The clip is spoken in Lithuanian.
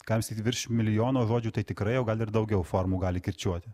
galim sakyti virš milijono žodžių tai tikrai o gal ir daugiau formų gali kirčiuoti